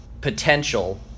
potential